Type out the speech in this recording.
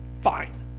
fine